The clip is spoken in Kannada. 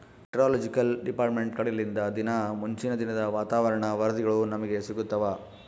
ಮೆಟೆರೊಲೊಜಿಕಲ್ ಡಿಪಾರ್ಟ್ಮೆಂಟ್ ಕಡೆಲಿಂದ ದಿನಾ ಮುಂಚಿನ ದಿನದ ವಾತಾವರಣ ವರದಿಗಳು ನಮ್ಗೆ ಸಿಗುತ್ತವ